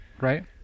right